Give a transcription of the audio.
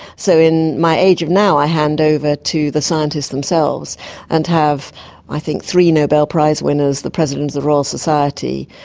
so in my age of now i hand over to the scientists themselves and have i think three nobel prize winners, the president of the royal society,